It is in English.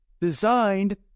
designed